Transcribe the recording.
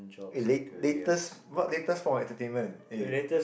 eh late~ latest what latest form of entertainment eh